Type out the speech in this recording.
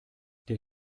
der